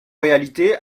réalité